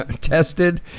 Tested